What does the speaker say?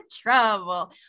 trouble